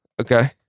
okay